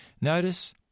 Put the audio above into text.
Notice